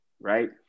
Right